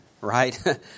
right